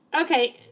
Okay